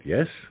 Yes